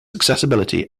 accessibility